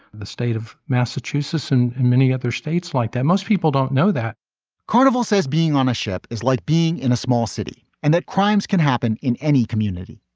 the state of massachusetts and and many other states like that. most people don't know that carnival says being on a ship is like being in a small city and that crimes can happen in any community.